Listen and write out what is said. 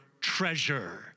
treasure